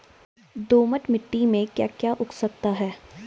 दोमट मिट्टी में म ैं क्या क्या उगा सकता हूँ?